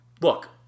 Look